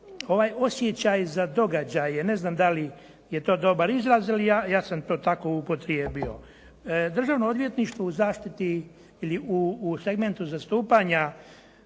ovaj osjećaj za događaje, ne znam da li je to dobar izraz ali ja sam to tako upotrijebio. Državno odvjetništvo u zaštiti, u segmentu zastupanja